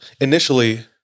initially